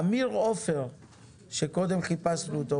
אמיר עופר שקודם חיפשנו אותו.